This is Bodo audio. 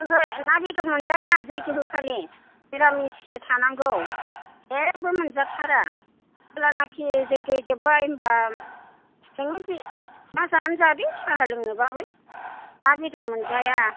ओहो ना बेदर मोनजाया जैग्य होखालि मिरामिचसो थानांगौ जेबबो मोनजाथारा जेब्लानाखि जैग्य जोबबाय होनबा मा जानो जादो साहा लोंनोबाबो ना बेदर मोनजाया